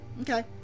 Okay